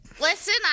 Listen